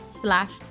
slash